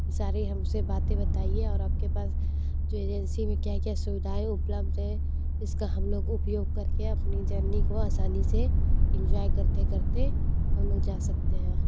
ये सारी हमसे बातें बताइये और आप के पास जो एजेंसी में क्या क्या सुविधाएं उपलब्ध हैं जिसका हम लोग का उपयोग करके अपनी जर्नी को आसानी से इंज्वाय करते करते हम लोग जा सकते हैं